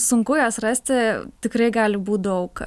sunku juos rasti tikrai gali būt daug